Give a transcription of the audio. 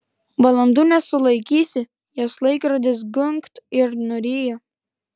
valandų nesulaikysi jas laikrodis gunkt ir nuryja